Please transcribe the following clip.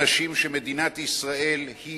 אנשים שמדינת ישראל היא